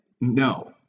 No